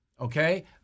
Okay